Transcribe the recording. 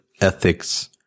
ethics